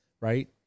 right